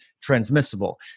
transmissible